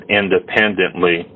independently